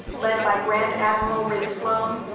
led by grand admiral rae sloane,